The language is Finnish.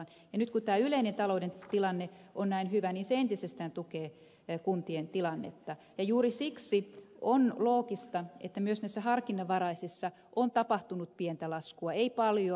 nyt kun tämä yleinen talouden tilanne on näin hyvä niin se entisestään tukee kuntien tilannetta ja juuri siksi on loogista että myös näissä harkinnanvaraisissa on tapahtunut pientä laskua ei paljoa